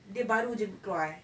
dia baru jer keluar eh